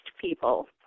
people